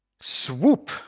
Swoop